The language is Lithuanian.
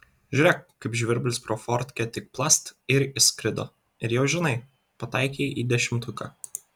žiūrėk kaip žvirblis pro fortkę tik plast ir įskrido ir jau žinai pataikei į dešimtuką